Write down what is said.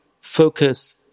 focus